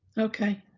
okay.